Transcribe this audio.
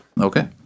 Okay